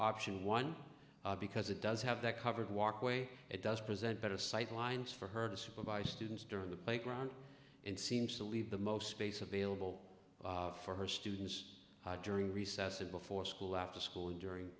option one because it does have that covered walkway it does present better sight lines for her to supervise students during the playground and seems to leave the most space available for her students during recess and before school after school during